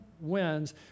wins